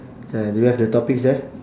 ya do you have the topics there